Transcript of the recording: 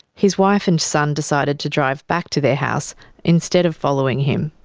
his wife and son decided to drive back to their house instead of following him.